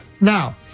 Now